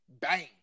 Bang